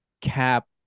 cap